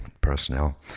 personnel